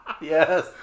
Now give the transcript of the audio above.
yes